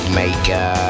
maker